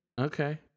Okay